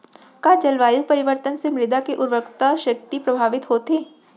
का जलवायु परिवर्तन से मृदा के उर्वरकता शक्ति प्रभावित होथे?